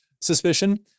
suspicion